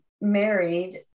married